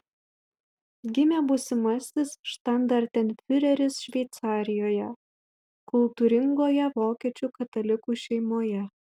gimė būsimasis štandartenfiureris šveicarijoje kultūringoje vokiečių katalikų šeimoje